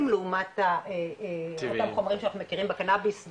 לעומת אותם חומרים שאנחנו מכירים בקנביס,